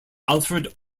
alfred